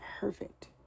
perfect